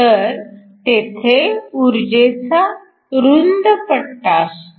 तर तेथे ऊर्जेचा रुंद पट्टा असतो